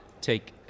take